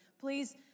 Please